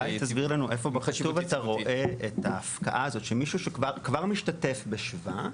תסביר לנו איפה אתה רואה את ההפקעה הזאת שמישהו שכבר משתתף בשבא.